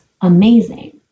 amazing